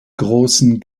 großen